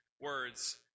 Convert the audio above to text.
words